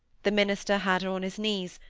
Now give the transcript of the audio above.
the minister had her on his knees,